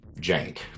jank